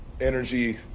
energy